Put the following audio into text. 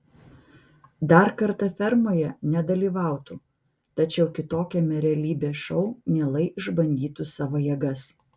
dar kartą fermoje nedalyvautų tačiau kitokiame realybės šou mielai išbandytų savo jėgas